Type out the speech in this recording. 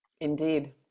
Indeed